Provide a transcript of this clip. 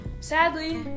sadly